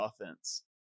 offense